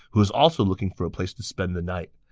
who was also looking for a place to spend the night.